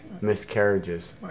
miscarriages